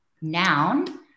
noun